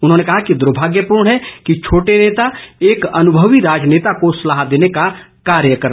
उन्होंने कहा कि दर्भाग्यपूर्ण है कि छोटे नेता एक अनुभवी राजनेता को सलाह देने का कार्य कर रहे हैं